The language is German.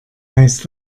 heißt